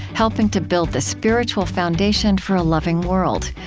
helping to build the spiritual foundation for a loving world.